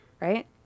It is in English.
Right